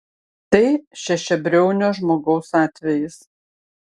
tai šešiabriaunio žmogaus atvejis